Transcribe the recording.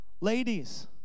Ladies